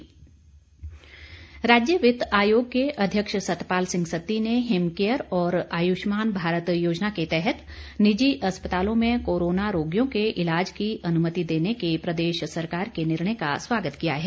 सत्ती राज्य वित्त आयोग के अध्यक्ष सतपाल सिंह सत्ती ने हिमकेयर और आयुष्मान भारत योजना के तहत निजी अस्पतालों में कोरोना रोगियों के ईलाज की अनुमति देने के प्रदेश सरकार के निर्णय का स्वागत किया है